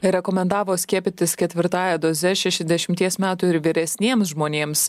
rekomendavo skiepytis ketvirtąja doze šešiasdešimties metų ir vyresniems žmonėms